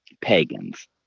pagans